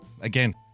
Again